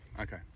Okay